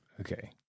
Okay